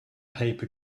paper